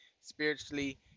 Spiritually